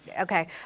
okay